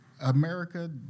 America